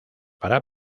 para